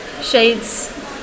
shades